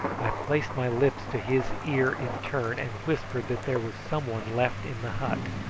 i placed my lips to his ear in turn and whispered that there was some one left in the hut.